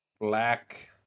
black